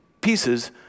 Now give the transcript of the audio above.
pieces